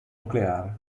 nucleare